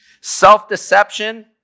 Self-deception